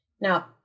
Now